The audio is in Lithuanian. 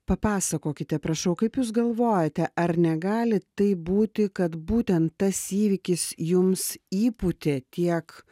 papasakokite prašau kaip jūs galvojate ar negali taip būti kad būtent tas įvykis jums įpūtė tiek